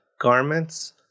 garments